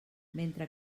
mentre